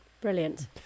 Brilliant